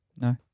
no